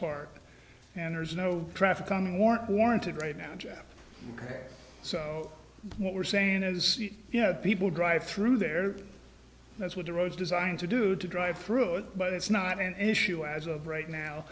part and there's no traffic on warrant warranted right now so what we're saying is you know people drive through there that's what the roads designed to do to drive through it but it's not an issue as of right now